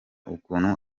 ukuntu